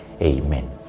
Amen